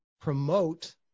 promote